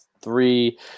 three